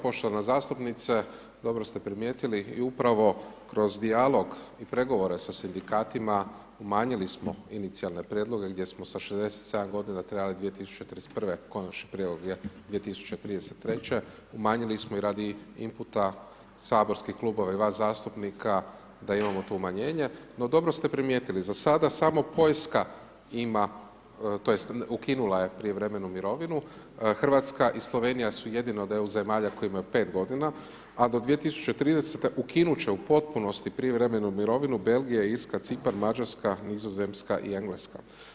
Poštovana zastupnice, dobro ste primijetili i upravo kroz dijalog i pregovore sa sindikatima umanjili smo inicijalne prijedloge gdje smo sa 67 godina trebali 2031. konačni prijedlog je 2033., umanjili smo i radi inputa saborskih klubova i vas zastupnika da imamo to umanjenje, no dobro ste primijetili za sada samo Poljska ima tj. ukinula je prijevremenu mirovinu, Hrvatska i Slovenija su jedine od EU zemalja koje imaju 5 godina, a do 2030. ukinut će u potpunosti privremenu mirovinu Belgija, Irska, Cipar, Mađarska, Nizozemska i Engleska.